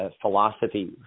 philosophy